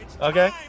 Okay